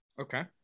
okay